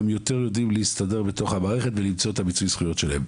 יותר יודעים להסתדר בתוך המערכת וגם למצוא את מיצוי הזכויות שלהם.